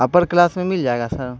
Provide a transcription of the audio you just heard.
اپر class میں مل جائے گا سر